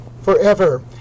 forever